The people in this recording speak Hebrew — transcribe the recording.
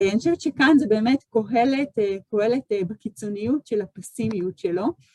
אני חושבת שכאן זה באמת קהלת בקיצוניות של הפסימיות שלו.